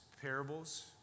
parables